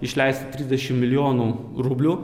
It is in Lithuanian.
išleista trisdešim milijonų rublių